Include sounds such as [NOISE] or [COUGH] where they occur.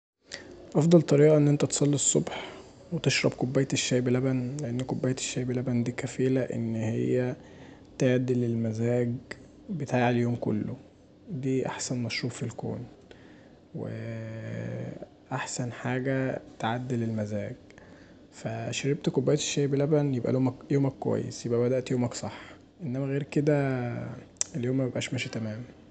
أفضل طريقه ان انت تصلي الصبح وتشرب كوباية الشاي بلبن، لان كوباية الشاي بلبن دي كفيلة ان هي تعدل المزاج بتاع اليوم كله، دي احسن مشروب في الكون و [HESITATION] احسن حاجه تعدل المزاج، فشربت كوباية الشاي بلبن يبقي يومك كويس، يبقي بدأت يومك صح انما غير كدا اليوم مبيبقاش ماشي تمام.